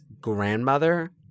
grandmother